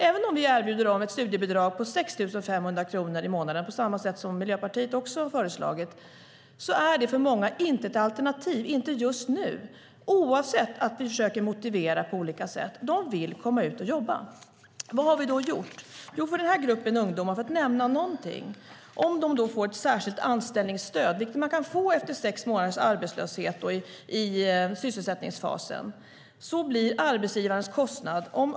Även om vi erbjuder dem ett studiebidrag på 6 500 kronor i månaden, på det sätt som Miljöpartiet har föreslagit, är det för många inte ett alternativ just nu. Oavsett om vi försöker att motivera på olika sätt vill de komma ut och jobba. Vad har vi då gjort? Den här gruppen ungdomar kan få ett särskilt anställningsstöd, vilket man kan få efter sex månaders arbetslöshet och är i sysselsättningsfasen.